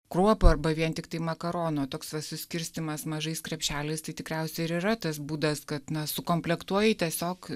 kruopų arba vien tiktai makaronų toks va suskirstymas mažais krepšeliais tai tikriausiai ir yra tas būdas kad na sukomplektuoji tiesiog